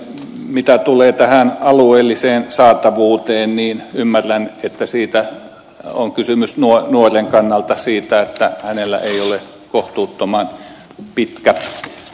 mitä tulee alueelliseen saatavuuteen niin ymmärrän että siinä on kysymys nuoren kannalta siitä että hänellä ei ole kohtuuttoman pitkä matka oppilaitokseen